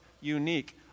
unique